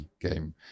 game